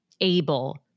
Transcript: able